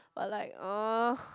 but like !uh!